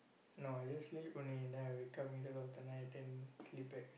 no I just sleep only then I wake up middle of the night then sleep back